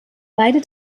beide